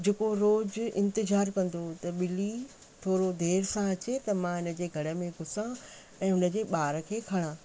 जेको रोज़ इंतजारू कंदो हुओ त ॿिली थोरो देरि सां अचे त मां हिन जे घर में घुसां ऐं हुन जे ॿार खे खणा